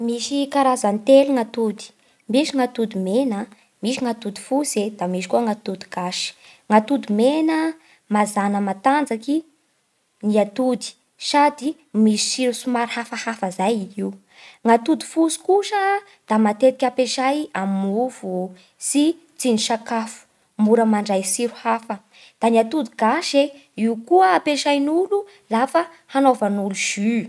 Misy karazany telo gny atody: misy ny atody mena, misy ny atody fotsy a, da misy koa ny atody gasy. ny atody mena mazana matanjaky ny atody sady misy tsiro somary hafahafa izay i io. Gny atody fotsy kosa matetiky ampiasay amin'ny mofo sy tsindrin-tsakafo, mora mandray tsiro hafa. Da ny atody gasy e: i io kosa ampiasain'olo lafa hanaovan'olo jus.